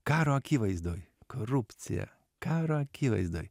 karo akivaizdoj korupcija karo akivaizdoj